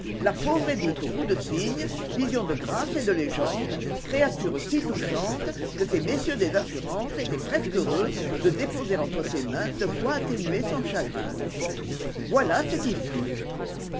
la pauvre édith au cou de cygne vision de grâce et de légende créature si touchante que ces messieurs des assurances étaient presque heureux de déposer entre ses mains de quoi atténuer son chagrin voilà ce qui fut